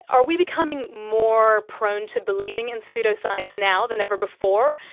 are we becoming more prone to believing in pseudoscience now than ever before,